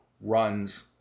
runs